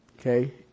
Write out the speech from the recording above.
okay